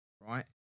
right